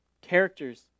characters